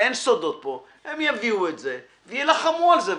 הרי אין סודות פה הם יביאו את זה ויילחמו על זה.